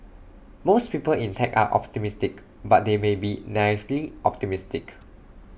most people in tech are optimistic but they may be naively optimistic